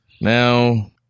now